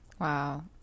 Wow